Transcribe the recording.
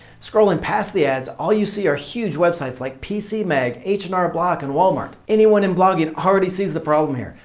scrolling past the ads, all you see are huge websites like pcmag, h and r block and walmart. anyone in blogging already sees the problem here.